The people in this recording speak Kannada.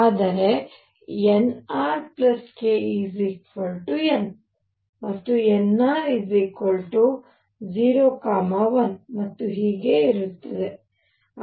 ಆದರೆ Nr k n ಮತ್ತು nr 0 1 ಮತ್ತು ಹೀಗೆ ಇರುತ್ತದೆ